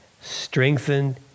strengthened